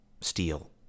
steal